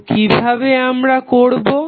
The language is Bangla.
তো কিভাবে আমরা করবো